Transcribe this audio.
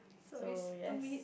so yes